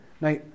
Now